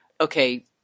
Okay